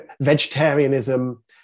vegetarianism